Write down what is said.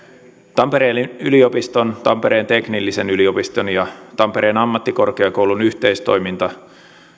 tampereen yliopiston tampereen teknillisen yliopiston ja tampereen ammattikorkeakoulun yhteistoiminta